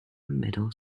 middle